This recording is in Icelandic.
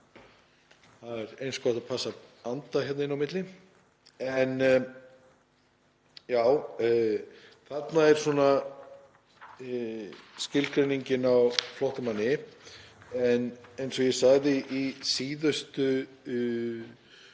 Það er eins gott að passa að anda hér inni á milli. Þarna er skilgreiningin á flóttamanni. En eins og ég sagði í síðustu ræðu